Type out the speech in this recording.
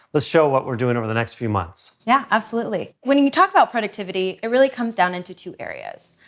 let's show what we're doing over the next few months. yeah, absolutely. when you talk about productivity, it really comes down into two areas.